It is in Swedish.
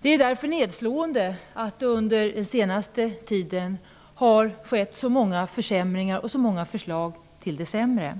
Det är därför nedslående att det under den senaste tiden har skett så många försämringar och så många förslag till det sämre.